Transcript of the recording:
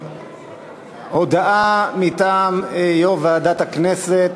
הודעה מטעם יושב-ראש ועדת הכנסת,